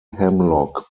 hemlock